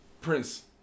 Prince